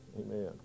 Amen